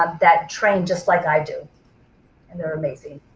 um that train just like i do and they're amazing.